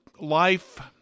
life